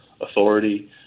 authority